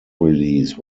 release